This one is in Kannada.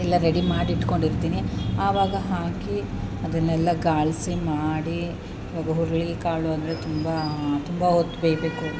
ಎಲ್ಲ ರೆಡಿ ಮಾಡಿ ಇಟ್ಕೊಂಡಿರ್ತೀನಿ ಆವಾಗ ಹಾಕಿ ಅದನ್ನೆಲ್ಲ ಗಾಳಿ ಮಾಡಿ ಹುರುಳಿಕಾಳು ಅಂದರೆ ತುಂಬ ತುಂಬ ಹೊತ್ತು ಬೇಯಬೇಕು